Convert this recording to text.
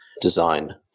design